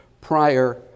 prior